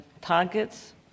targets